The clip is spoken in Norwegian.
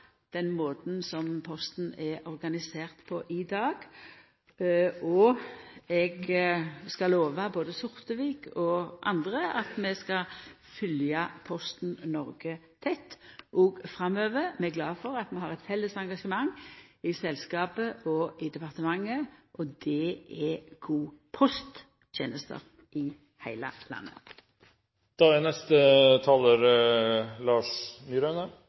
den måten Posten er organisert på i dag. Eg skal lova både Sortevik og andre at vi skal følgja Posten Noreg tett òg framover. Vi er glade for at vi har eit felles engasjement i selskapet og i departementet for gode posttenester i heile